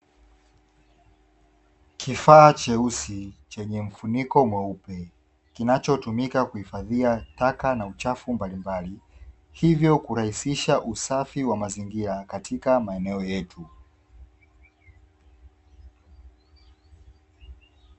Kifaa cheusi chenye mfuniko mweupe kinachotumika kuhifadhia taka na uchafu mbalimbali, hivyo kurahisisha usafi wa mazingira katika maeneo yetu.